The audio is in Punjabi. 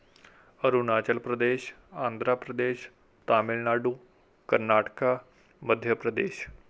ਅਰੁਣਾਚਲ ਪ੍ਰਦੇਸ਼ ਆਂਧਰਾ ਪ੍ਰਦੇਸ਼ ਤਾਮਿਲਨਾਡੂ ਕਰਨਾਟਕ ਮੱਧ ਪ੍ਰਦੇਸ਼